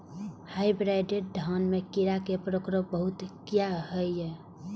Hybrid धान में कीरा के प्रकोप बहुत किया होया?